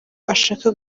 ashaka